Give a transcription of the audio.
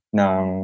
ng